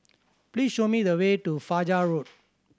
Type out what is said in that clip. please show me the way to Fajar Road